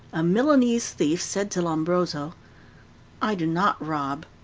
a milanese thief said to lombroso i do not rob,